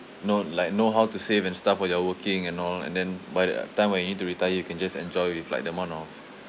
know like know how to save and stuff when you are working and all and then by the time when you need to retire you can just enjoy with like the amount of